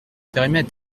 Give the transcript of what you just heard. périmètre